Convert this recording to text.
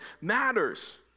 matters